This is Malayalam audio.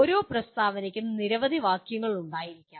ഓരോ പ്രസ്താവനയ്ക്കും നിരവധി വാക്യങ്ങൾ ഉണ്ടായിരിക്കാം